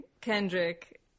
kendrick